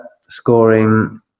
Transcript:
scoring